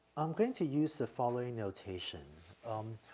i'm going to use the following notation. um,